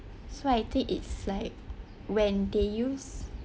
so I think it's like when they use